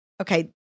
Okay